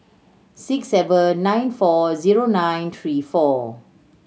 six seven nine four zero nine three four